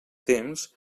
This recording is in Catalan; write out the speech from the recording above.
temps